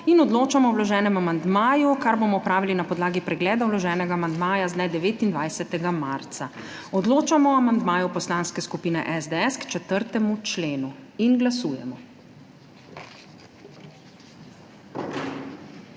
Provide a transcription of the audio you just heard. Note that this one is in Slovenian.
Odločamo o vloženem amandmaju, kar bomo opravili na podlagi pregleda vloženega amandmaja z dne 29. marca. Odločamo o amandmaju Poslanske skupine SDS k 4. členu. Glasujemo.